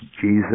Jesus